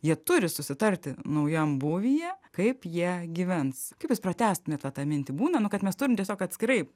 jie turi susitarti naujam būvyje kaip jie gyvens kaip jūs pratęstumėt va tą mintį būna nu kad mes turim tiesiog atskirai